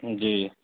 جی